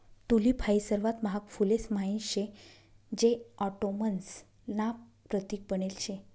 tulip हाई सर्वात महाग फुलेस म्हाईन शे जे ऑटोमन्स ना प्रतीक बनेल शे